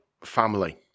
family